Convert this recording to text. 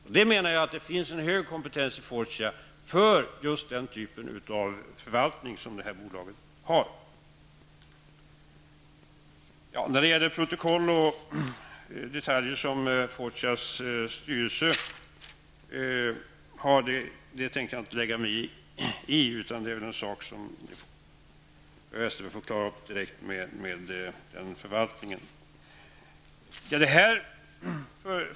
Jag menar att det finns en hög kompetens i Fortia för just den typ av förvaltning som detta bolag bedriver. Protokoll och andra detaljer i Fortias styrelsearbete tänker jag inte lägga mig i. Sådant får väl herr Westerberg klara upp direkt med den förvaltningen.